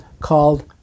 called